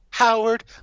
Howard